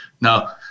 Now